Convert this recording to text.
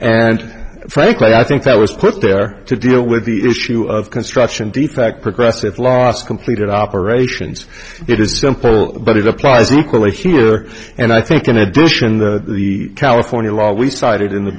and frankly i think that was put there to deal with the issue of construction defect progressive loss completed operations it is simple but it applies equally here and i think in addition that the california law we cited in the